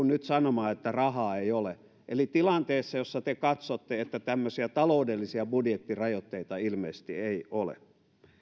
nyt sanomaan että rahaa ei ole eli tilanteessa jossa te katsotte että tämmöisiä taloudellisia budjettirajoitteita ilmeisesti ei ole